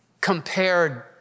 compared